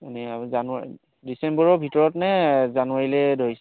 এনে জানুৱাৰী ডিচেম্বৰৰ ভিতৰতনে জানুৱাৰীলৈ ধৰিছ